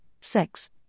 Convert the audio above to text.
sex